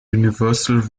universal